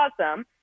awesome